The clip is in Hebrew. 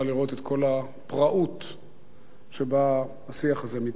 לראות את כל הפראות שבה השיח הזה מתנהל.